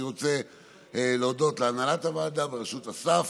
אני רוצה להודות להנהלת הוועדה בראשות אסף